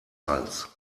hals